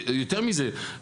יותר מזה,